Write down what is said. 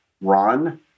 run